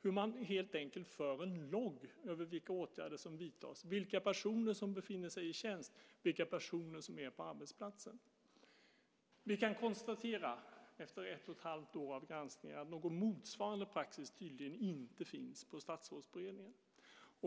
hur man helt enkelt för en logg över vilka åtgärder som vidtas, vilka personer som befinner sig i tjänst och vilka personer som är på arbetsplatsen. Vi kan konstatera efter ett och ett halvt år av granskning att någon motsvarande praxis tydligen inte finns på Statsrådsberedningen.